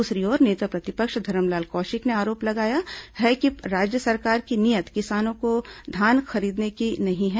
दूसरी ओर नेता प्रतिपक्ष धरमलाल कौशिक ने आरोप लगाया है कि राज्य सरकार की नीयत किसानों का धान खरीदने की नहीं है